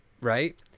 right